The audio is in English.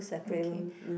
okay